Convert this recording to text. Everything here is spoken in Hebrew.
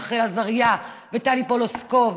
רחל עזריה וטלי פלוסקוב.